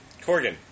Corgan